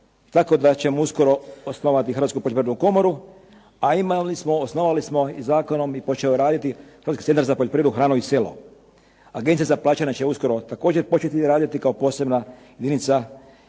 Tako da ćemo uskoro osnovati Hrvatsku poljoprivrednu komoru, a imali smo, osnovali smo i zakonom i počeo je raditi Hrvatski centar za poljoprivredu, hranu i selo. Agencija za plaćanja će uskoro također početi raditi kao posebna jedinica, a i Hrvatska poljoprivredna